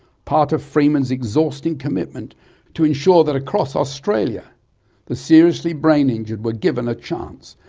part of freeman's exhausting commitment to ensure that across australia the seriously brain injured were given a chance,